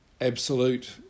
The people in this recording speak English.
absolute